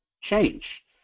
change